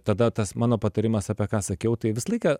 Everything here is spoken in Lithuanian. tada tas mano patarimas apie ką sakiau tai visą laiką